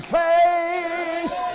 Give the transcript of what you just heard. face